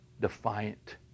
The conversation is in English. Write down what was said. defiant